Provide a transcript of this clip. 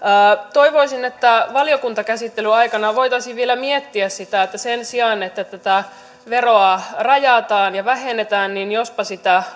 toivoisin että valiokuntakäsittelyn aikana voitaisiin vielä miettiä sitä että sen sijaan että tätä veroa rajataan ja vähennetään jospa sitä